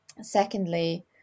secondly